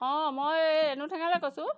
অঁ মই এই এনু ঠেঙালে কৈছোঁ